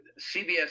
CBS